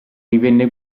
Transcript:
divenne